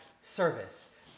service